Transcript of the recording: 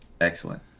Excellent